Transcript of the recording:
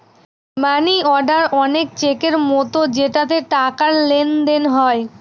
মানি order অনেক চেকের মতো যেটাতে টাকার লেনদেন হয়